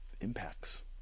impacts